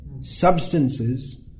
substances